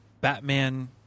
Batman